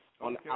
on